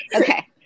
okay